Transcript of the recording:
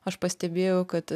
aš pastebėjau kad